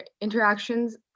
interactions